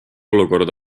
olukord